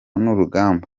n’urugamba